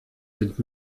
sind